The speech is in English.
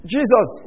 Jesus